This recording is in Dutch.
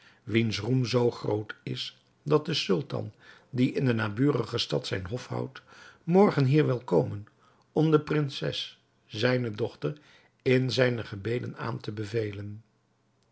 wiens roem zoo groot is dat de sultan die in de naburige stad zijn hof houdt morgen hier wil komen om de prinses zijne dochter in zijne gebeden aan te bevelen